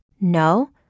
No